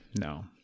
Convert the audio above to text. no